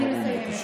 אני מסיימת.